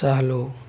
चालू